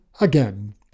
again